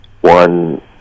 one